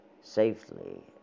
safely